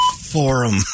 Forum